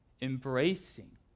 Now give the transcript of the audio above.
embracing